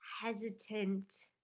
hesitant